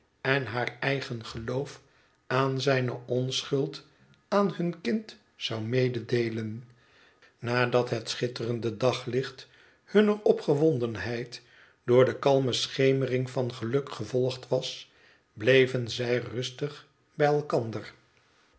en haar eigen geloof aan zijne onschuld aan hun kind zou mededeelen nadat het schitterende daglicht hunner opgewondenheid door de kalme schemering van geluk gevolgd was bleven zij rustig bij elkander